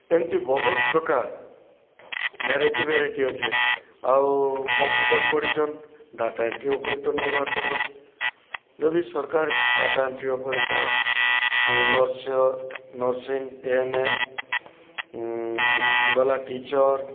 ଏନ୍ତି ବହୁତ୍ ପ୍ରକାର୍ ଭେରାଇଟି ଭେରାଇଟି ଅଛେ ଆଉ କମ୍ପୁଟର୍ ପଢ଼ିଚନ୍ ଡ଼ାଟା ଏଣ୍ଟ୍ରି ଅପରେଟର୍ ନାଇଁ ବାହାର୍ କର୍ବାର୍ ଯଦି ସର୍କାର୍ ଡ଼ାଟା ଏଣ୍ଟ୍ରି ଅପରେଟର୍ ଇ ନର୍ସିଂ ଏ ଏନ୍ ଏମ୍ ଗଲା ଟିଚର୍